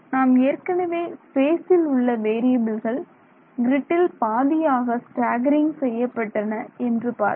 நாம் ஏற்கனவே ஸ்பேசில் உள்ள வேறியபில்கள் க்ரிட்டில் பாதியாக ஸ்டாக்கரிங் செய்யப்பட்டன என்று பார்த்தோம்